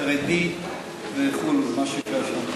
חרדי וכו'.